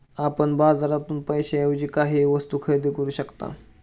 आपण बाजारातून पैशाएवजी काहीही वस्तु खरेदी करू शकता